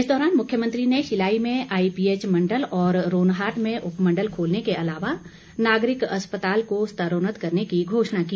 इस दौरान मुख्यमंत्री ने शिलाई में आईपीएच मंडल और रोनहाट में उपमंडल खोलने के अलावा नागरिक अस्पताल को स्तरोन्नत करने की घोषणा की